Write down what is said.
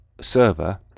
server